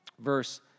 verse